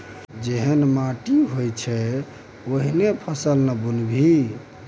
जेहन माटि होइत छै ओहने फसल ना बुनबिही